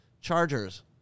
Chargers